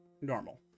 normal